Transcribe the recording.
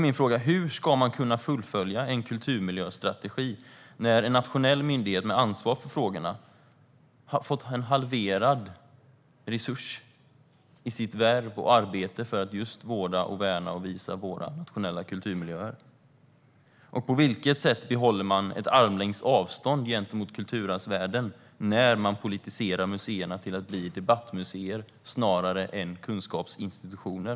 Min fråga är: Hur ska man kunna fullfölja en kulturmiljöstrategi när en nationell myndighet med ansvar för frågorna har fått halverade resurser för att just vårda, värna och visa våra nationella kulturmiljöer? Och på vilket sätt behåller man armlängds avstånd gentemot kulturarvsvärden när man politiserar museerna till att bli debattmuseer snarare än kunskapsinstitutioner?